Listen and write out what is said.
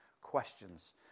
questions